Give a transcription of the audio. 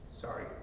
Sorry